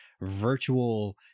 virtual